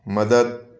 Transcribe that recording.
मदत